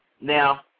Now